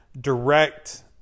direct